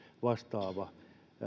vastaava